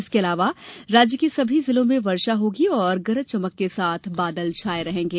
इसके अलावा राज्य के सभी जिलों में वर्षा होगी और गरज चमक के साथ बादल छाए रहेंगे